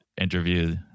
interview